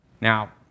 Now